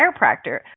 chiropractor